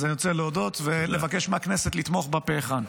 אז אני רוצה להודות ולבקש מהכנסת לתמוך בה פה אחד.